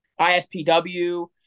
ISPW